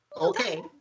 Okay